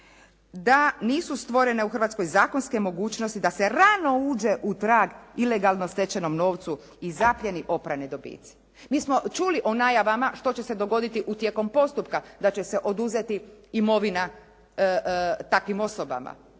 da nisu stvorene u Hrvatskoj mogućnosti da se rano uđe u trag ilegalno stečenom novcu i zaplijeni oprane dobici. Mi smo čuli što će se dogoditi u tijekom postupka, da će se oduzeti imovina takvim osobama